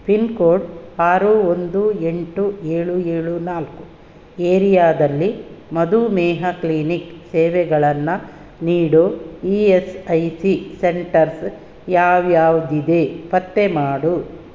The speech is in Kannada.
ಪಿನ್ ಕೋಡ್ ಆರು ಒಂದು ಎಂಟು ಏಳು ಏಳು ನಾಲ್ಕು ಏರಿಯಾದಲ್ಲಿ ಮಧುಮೇಹ ಕ್ಲಿನಿಕ್ ಸೇವೆಗಳನ್ನು ನೀಡೋ E S I C centres ಯಾವ್ಯಾವಿವೆ ಪತ್ತೆ ಮಾಡು